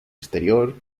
exterior